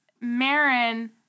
Marin